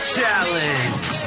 challenge